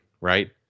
right